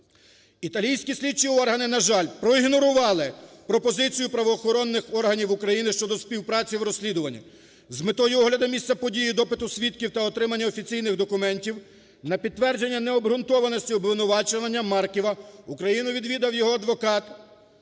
Італійські слідчі органи, на жаль, проігнорували пропозицію правоохоронних органів України щодо співпраці в розслідуванні. З метою огляду місця події, допиту свідків та отримання офіційних документів на підтвердження необґрунтованості обвинувачення Марківа Україну відвідав його адвокат